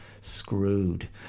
screwed